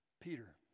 Peter